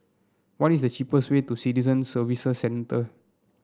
what is the cheapest way to Citizen Services Centre